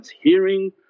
hearing